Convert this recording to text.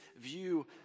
view